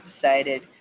decided